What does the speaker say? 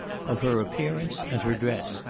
of her appearance and her dress,